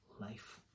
life